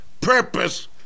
purpose